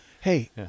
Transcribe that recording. Hey